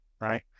right